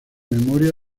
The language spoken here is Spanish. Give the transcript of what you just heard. memoria